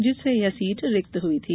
जिससे यह सीट रिक्त हुई थी